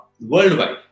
worldwide